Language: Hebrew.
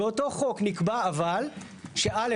באותו חוק נקבע אבל ש-א',